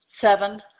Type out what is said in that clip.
Seven